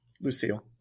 Lucille